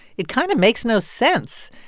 it kind of makes no sense,